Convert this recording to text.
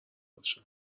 باشم